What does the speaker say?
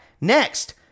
Next